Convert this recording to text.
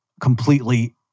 completely